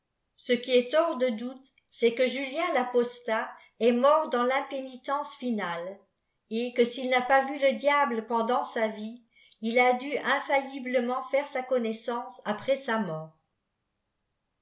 ce qui esl hors de doute c est que julien tapostat est mort dans rimpénitcnce finale et que s'il n'a pas le diable pendant sa vie il a dû infailliblement faire sa connaissance après sa mort